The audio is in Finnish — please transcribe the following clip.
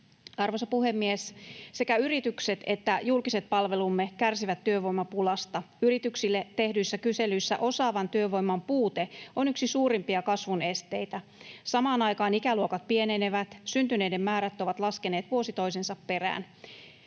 Arvoisa puhemies! Sekä yritykset että julkiset palvelumme kärsivät työvoimapulasta. Yrityksille tehdyissä kyselyissä osaavan työvoiman puute on yksi suurimpia kasvun esteitä. Samaan aikaan ikäluokat pienenevät. Syntyneiden määrät ovat laskeneet vuosi toisensa perään.